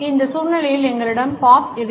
இந்த சூழ்நிலையில் எங்களிடம் பாப் இருக்கிறார்